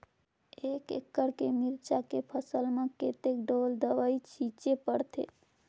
एक एकड़ के मिरचा के फसल म कतेक ढोल दवई छीचे पड़थे?